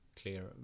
clear